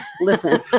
listen